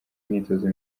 imyitozo